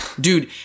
dude